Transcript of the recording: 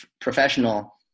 professional